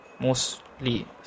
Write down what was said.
mostly